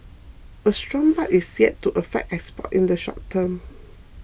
a strong baht is yet to affect exports in the short term